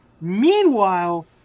Meanwhile